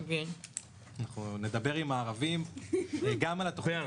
אנחנו גם נדבר עם הערבים, וגם על התוכנית.